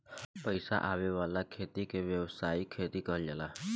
पईसा आवे वाला खेती के व्यावसायिक खेती कहल जाला